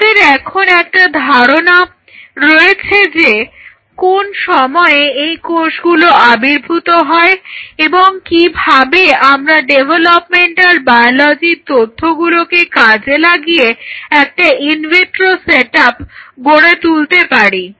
আমাদের এখন একটা ধারণা রয়েছে যে কোন সময়ে এই কোষগুলো আবির্ভূত হয় এবং কিভাবে আমরা ডেভেলপমেন্টাল বায়োলজির তথ্যগুলোকে কাজে লাগিয়ে একটা ইনভিট্রো সেটআপ গড়ে তুলতে পারি